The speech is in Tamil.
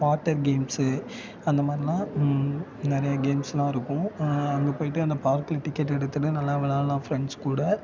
வாட்டர் கேம்ஸ்ஸு அந்த மாரிலாம் நிறையா கேம்ஸ்லாம் இருக்கும் அங்கே போய்ட்டு அந்த பார்க்கில் டிக்கெட் எடுத்துட்டு நல்லா விளாட்லாம் ஃப்ரெண்ட்ஸ் கூட